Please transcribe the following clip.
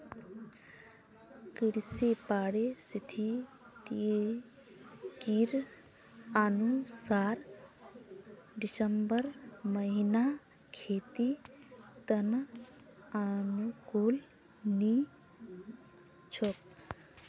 कृषि पारिस्थितिकीर अनुसार दिसंबर महीना खेतीर त न अनुकूल नी छोक